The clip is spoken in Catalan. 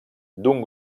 d’un